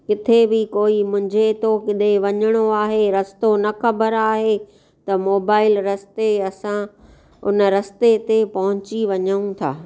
किथे बि कोई मुंझे थो काॾे वञिणो आहे रस्तो न ख़बरु आहे त मोबाइल रस्ते असां उन रस्ते ते पहुची वञूं था